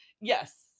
yes